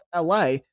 LA